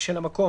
של המקום